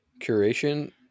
Curation